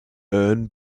earn